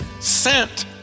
sent